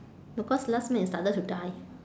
no cause last month it started to die